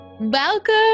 Welcome